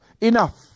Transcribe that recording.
enough